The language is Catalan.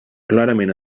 clarament